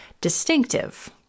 Distinctive